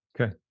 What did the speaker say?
okay